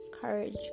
Courage